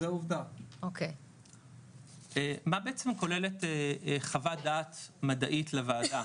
מה בעצם כוללת חוות דעת מדעית לוועדה